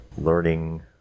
learning